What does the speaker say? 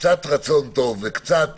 קצת רצון טוב וקצת